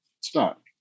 stop